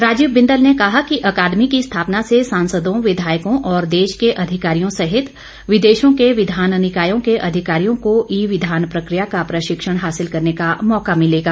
राजीव बिंदल ने कहा कि अकादमी की स्थापना से सांसदों विधायकों और देश के अधिकारियों सहित विदेशों को विधान निकायों के अधिकारियों को ई विधान प्रकिया का प्रशिक्षण हासिल करने का मौका मिलेगा